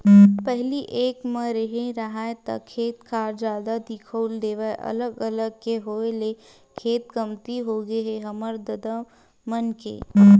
पहिली एक म रेहे राहन ता खेत खार जादा दिखउल देवय अलग अलग के होय ले खेत कमती होगे हे हमर ददा मन के